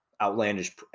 outlandish